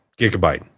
Gigabyte